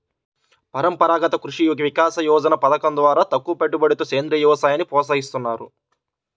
పరంపరాగత కృషి వికాస యోజన పథకం ద్వారా తక్కువపెట్టుబడితో సేంద్రీయ వ్యవసాయాన్ని ప్రోత్సహిస్తున్నారు